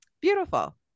Beautiful